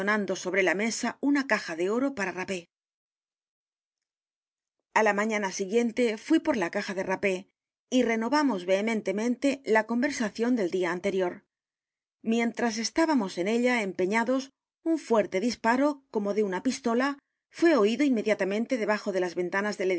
sobre la mesa una caja de oro para rapé a la mañana siguiente fui por la caja de rapé y renovamos vehementemen la te conversación del día anterior mientras estábamos en ella empeñados u n fuerte disparo como de una pistola fué oído inmediatamente debajo de las ventanas del